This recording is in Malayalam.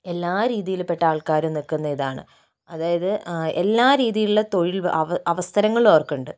എല്ലാ രീതിയിൽപ്പെട്ട ആൾക്കാരും നിൽക്കുന്ന ഇതാണ് അതായത് എല്ലാ രീതിയിലുള്ള തൊഴിൽ അവസരങ്ങളും അവർക്കുണ്ട്